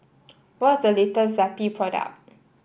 what's the latest Zappy product